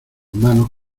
manos